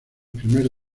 primer